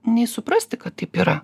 nei suprasti kad taip yra